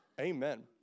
Amen